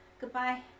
Goodbye